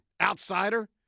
Outsider